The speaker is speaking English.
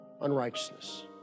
unrighteousness